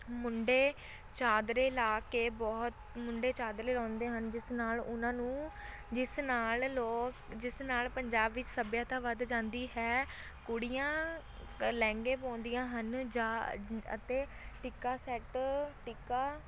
ਮੁੰਡੇ ਚਾਦਰੇ ਲਾ ਕੇ ਬਹੁਤ ਮੁੰਡੇ ਚਾਦਰੇ ਲਾਉਂਦੇ ਹਨ ਜਿਸ ਨਾਲ ਉਹਨਾਂ ਨੂੰ ਜਿਸ ਨਾਲ ਲੋਕ ਜਿਸ ਨਾਲ ਪੰਜਾਬ ਵਿੱਚ ਸੱਭਿਅਤਾ ਵੱਧ ਜਾਂਦੀ ਹੈ ਕੁੜੀਆਂ ਲਹਿੰਗੇ ਪਾਉਂਦੀਆਂ ਹਨ ਜਾਂ ਅਤੇ ਟਿੱਕਾ ਸੈੱਟ ਟਿੱਕਾ